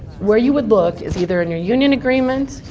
where you would look is either in your union agreement,